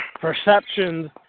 perceptions